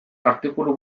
artikulu